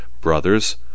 Brothers